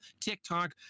TikTok